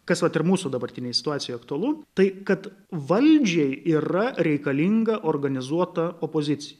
kas vat ir mūsų dabartinėj situacijoj aktualu tai kad valdžiai yra reikalinga organizuota opozicija